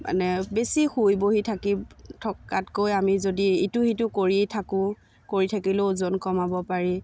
মানে বেছি শুই বহি থাকি থকাতকৈ আমি যদি ইটো সিটো কৰি থাকোঁ কৰি থাকিলেও ওজন কমাব পাৰি